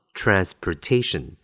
transportation